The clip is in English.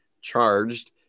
charged